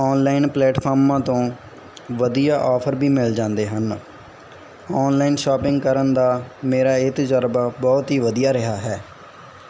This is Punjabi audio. ਆਨਲਾਈਨ ਪਲੇਟਫਾਰਮਾਂ ਤੋਂ ਵਧੀਆ ਆਫਰ ਵੀ ਮਿਲ ਜਾਂਦੇ ਹਨ ਆਨਲਾਈਨ ਸ਼ਾਪਿੰਗ ਕਰਨ ਦਾ ਮੇਰਾ ਇਹ ਤਜਰਬਾ ਬਹੁਤ ਹੀ ਵਧੀਆ ਰਿਹਾ ਹੈ